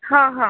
ହଁ ହଁ